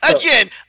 Again